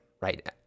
Right